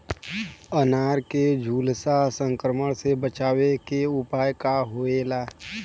अनार के झुलसा संक्रमण से बचावे के उपाय का होखेला?